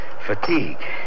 Fatigue